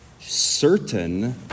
certain